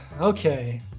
Okay